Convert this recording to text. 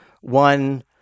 one